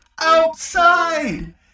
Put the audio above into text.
outside